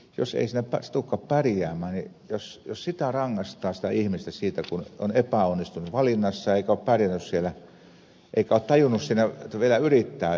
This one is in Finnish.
jos ei siinä tulekaan pärjäämään niin ihmistä rangaistaan siitä kun on epäonnistunut valinnassaan eikä ole pärjännyt siellä eikä ole tajunnut vaan vielä yrittää ja sittenkin epäonnistuu